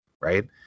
right